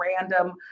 random